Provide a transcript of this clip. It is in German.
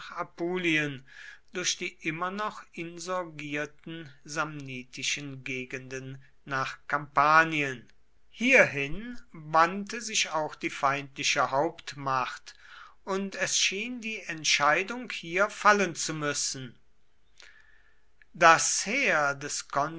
apulien durch die immer noch insurgierten samnitischen gegenden nach kampanien hierhin wandte sich auch die feindliche hauptmacht und es schien die entscheidung hier fallen zu müssen das heer des